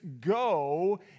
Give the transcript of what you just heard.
go